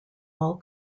all